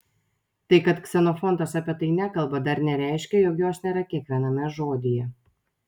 tai kad ksenofontas apie tai nekalba dar nereiškia jog jos nėra kiekviename žodyje